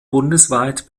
bundesweit